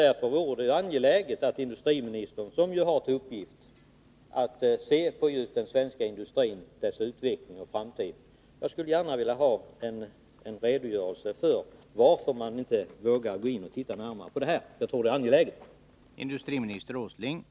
Därför vore det angeläget att industriministern, som ju har till uppgift att se till den svenska industrin, dess utveckling och framtid, lämnade en redogörelse för varför man inte vågar gå in och titta närmare på de här förhållandena. Jag tror att det är angeläget att man gör det.